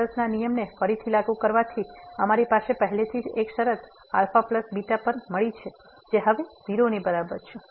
હોસ્પિટલL'Hospital's ના નિયમને ફરીથી લાગુ કરવાથી અમારી પાસે પહેલેથી જ એક શરત α β પર મળી છે જે હવે 0 ની બરાબર છે